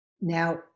Now